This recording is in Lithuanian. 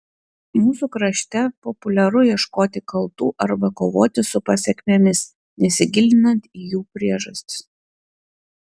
mūsų krašte populiaru ieškoti kaltų arba kovoti su pasekmėmis nesigilinant į jų priežastis